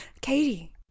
Katie